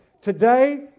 Today